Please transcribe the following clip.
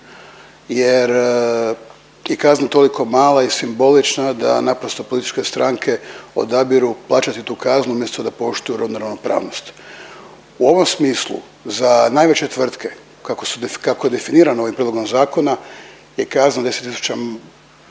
jer i kazna je toliko mala i simbolična da naprosto političke stranke odabiru plaćati tu kaznu umjesto da poštuju rodnu ravnopravnost. U ovom smislu za najveće tvrtke kako je definirano ovim prijedlogom zakona je kazna 10000 eura